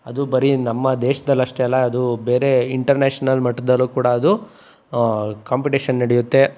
ಅದು ಬರೀ ನಮ್ಮ ದೇಶದಲ್ಲಷ್ಟೇ ಅಲ್ಲ ಅದು ಬೇರೆ ಇಂಟರ್ನ್ಯಾಷನಲ್ ಮಟ್ಟದಲ್ಲೂ ಕೂಡ ಅದು ಕಾಂಪಿಟೇಷನ್ ನಡೆಯುತ್ತೆ